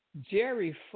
Jerry